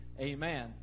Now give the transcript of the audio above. amen